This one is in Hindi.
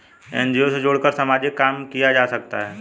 एन.जी.ओ से जुड़कर सामाजिक काम किया जा सकता है